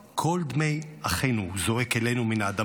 קול דמי אחינו זועק אלינו מן האדמה.